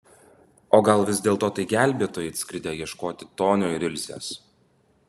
o gal vis dėlto tai gelbėtojai atskridę ieškoti tonio ir ilzės